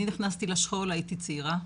אני נכנסתי לשכול הייתי צעירה,